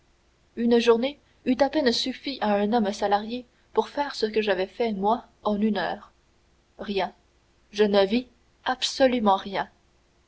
une journée eût à peine suffi à un homme salarié pour faire ce que j'avais fait moi en une heure rien je ne vis absolument rien